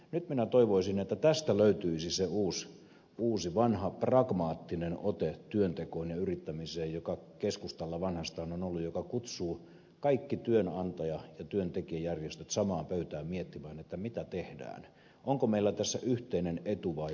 nyt minä toivoisin että tästä löytyisi se uusi vanha pragmaattinen ote työntekoon ja yrittämiseen joka keskustalla vanhastaan on ollut joka kutsuu kaikki työnantaja ja työntekijäjärjestöt samaan pöytään miettimään mitä tehdään onko meillä tässä yhteinen etu vai ei